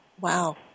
Wow